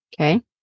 Okay